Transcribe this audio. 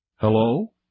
Hello